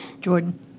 Jordan